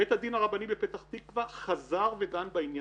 בית הדין הרבני בפתח תקווה חזר ודן בעניין.